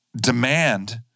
demand